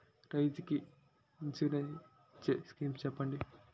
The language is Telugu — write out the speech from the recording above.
రైతులు కి ఇన్సురెన్స్ ఇచ్చే స్కీమ్స్ చెప్పండి?